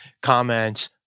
comments